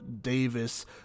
Davis